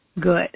good